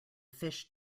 fish